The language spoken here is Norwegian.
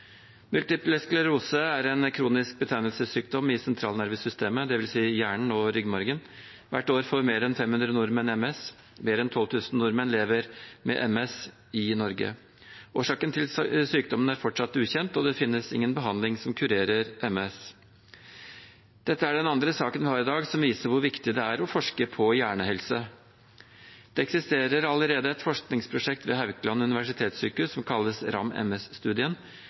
sklerose er en kronisk betennelsessykdom i sentralnervesystemet, dvs. hjernen og ryggmargen. Hvert år får mer enn 500 nordmenn MS, mer enn 12 000 nordmenn lever med MS i Norge. Årsaken til sykdommen er fortsatt ukjent, og det finnes ingen behandling som kurerer MS. Dette er den andre saken vi har i dag som viser hvor viktig det er å forske på hjernehelse. Det eksisterer allerede et forskningsprosjekt ved Haukeland universitetssjukehus som kalles